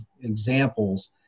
examples